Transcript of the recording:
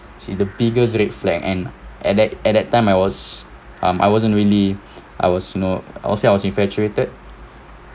she's the biggest red flag and at that at that time I was um I wasn't really I was you know I'll say I was infatuated